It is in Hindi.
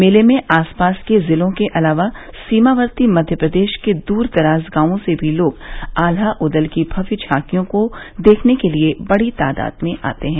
मेले में आसपास के ज़िलों के अलावा सीमावर्ती मध्य प्रदेश के दूर दराज़ गांवों से भी लोग आल्हा ऊदल की भव्य झांकियों को देखने के लिये बड़ी तादाद में आते हैं